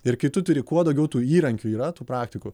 ir kai tu turi kuo daugiau tų įrankių yra tų praktikų